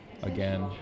Again